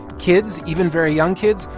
kids, even very young kids,